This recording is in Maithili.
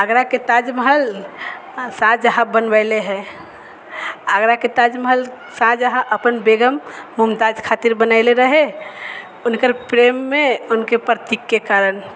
आगराके ताजमहल शाहजहाँ बनओले हइ आगराके ताजमहल शाहजहाँ अपन बेगम मुमताज़ खातिर बनओले रहे हुनकर प्रेममे हुनके प्रतीकके कारण